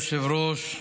אדוני היושב-ראש,